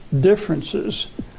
differences